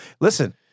listen